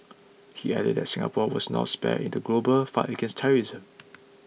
he added that Singapore was not spared in the global fight against terrorism